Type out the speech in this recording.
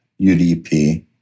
UDP